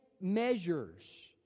measures